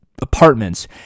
apartments